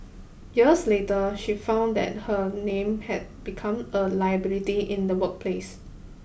years later she found that her name had become a liability in the workplace